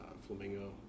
flamingo